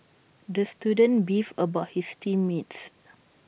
the student beefed about his team mates